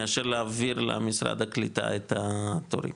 מאשר להעביר למשרד הקליטה את התורים,